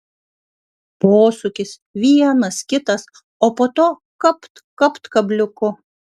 posūkis vienas kitas o po to kapt kapt kabliuku